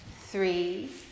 three